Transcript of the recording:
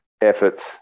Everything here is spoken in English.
efforts